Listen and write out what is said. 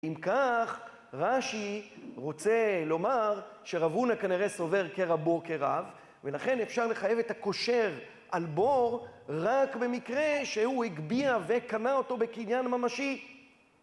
אם כך, רשי רוצה לומר שרבונה כנראה סובר כרבו כרב, ולכן אפשר לחייב את הקשור על בור רק במקרה שהוא הגביע וקנה אותו בקניין ממשי.